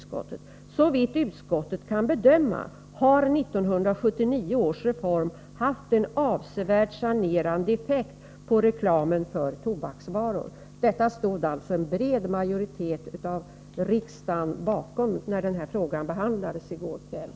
Såvitt utskottet kan bedöma har 1979 års reform haft en avsevärt sanerande effekt på reklamen för tobaksvaror.” Detta stod alltså en bred majoritet av riksdagens ledamöter bakom då frågan behandlades i går kväll.